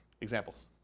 Examples